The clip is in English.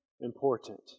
important